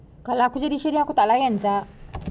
kalau aku jadi sheryn aku tak layan sia